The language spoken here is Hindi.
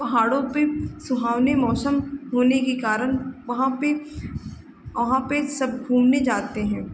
पहाड़ों पर सुहाने मौसम होने के कारण वहाँ पर वहाँ पर सब घूमने जाते हैं